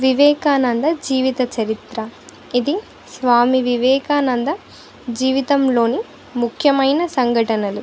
వివేకానంద జీవిత చరిత్ర ఇది స్వామి వివేకానంద జీవితంలోని ముఖ్యమైన సంఘటనలు